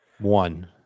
one